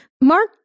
Mark